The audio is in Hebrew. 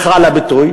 סליחה על הביטוי,